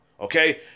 Okay